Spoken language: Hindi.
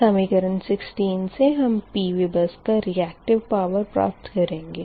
समीकरण 16 से हम PV बस का रीयक्टिव पावर प्राप्त करेंगे